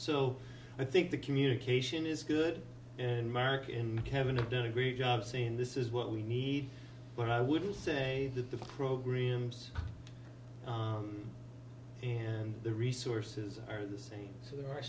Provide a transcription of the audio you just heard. so i think the communication is good and mark in heaven have done a great job saying this is what we need but i wouldn't say that the programs and the resources are the same so the